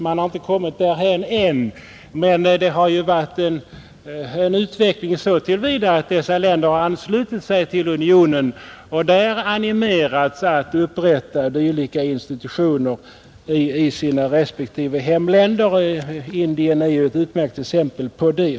Man har inte kommit därhän än, men det har skett en utveckling så till vida att dessa länder har anslutit sig till unionen och där animerats att själva upprätta dylika institutioner. Indien är ett utmärkt exempel på det.